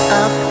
up